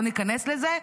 לא ניכנס לזה.